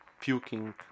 puking